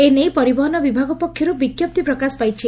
ଏ ନେଇ ପରିବହନ ବିଭାଗ ପକ୍ଷରୁ ବିଙ୍କପ୍ତି ପ୍ରକାଶ ପାଇଛି